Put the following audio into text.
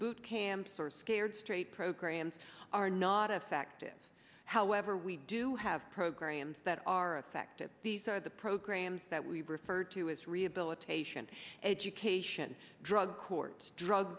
boot camps or scared straight programs are not effective however we do have programs that are effective these are the programs that we refer to as rehabilitation education drug court drug